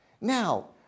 Now